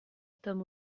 tom